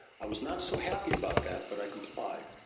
i was not so happy about that, but i complied.